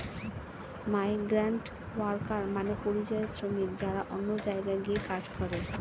migrant worker মানে পরিযায়ী শ্রমিক যারা অন্য জায়গায় গিয়ে কাজ করে